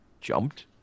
jumped